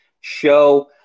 show